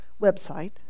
website